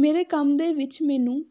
ਮੇਰੇ ਕੰਮ ਦੇ ਵਿੱਚ ਮੈਨੂੰ